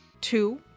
Two